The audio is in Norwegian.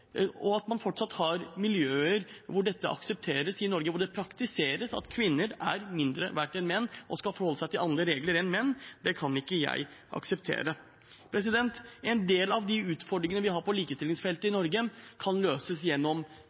at man fortsatt har miljøer hvor dette aksepteres i Norge, hvor det praktiseres at kvinner er mindre verdt enn menn og skal forholde seg til andre regler enn menn, kan jeg ikke akseptere. En del av de utfordringene vi har på likestillingsfeltet i Norge, kan løses gjennom